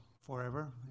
forever